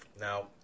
now